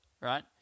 right